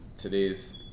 today's